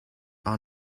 are